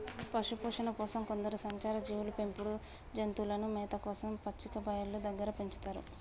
పశుపోషణ కోసం కొందరు సంచార జీవులు పెంపుడు జంతువులను మేత కోసం పచ్చిక బయళ్ళు దగ్గర పెంచుతారు